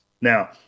Now